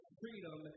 freedom